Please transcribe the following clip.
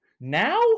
Now